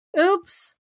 Oops